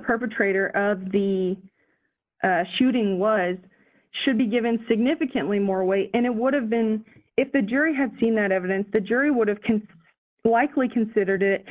perpetrator of the shooting was should be given significantly more weight and it would have been if the jury had seen that evidence the jury would have can likely considered it